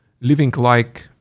living-like